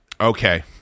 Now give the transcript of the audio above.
Okay